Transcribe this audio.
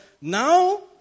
now